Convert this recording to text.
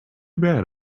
bad